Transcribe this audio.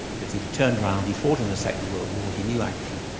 because he'd have turned round, he fought in the second world war, he knew action,